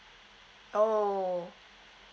oh